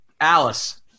Alice